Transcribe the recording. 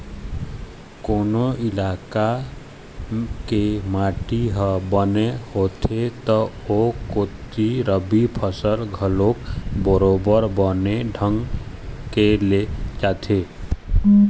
कोनो इलाका के माटी ह बने होथे त ओ कोती रबि फसल घलोक बरोबर बने ढंग के ले जाथे